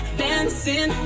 dancing